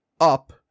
up